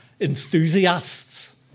enthusiasts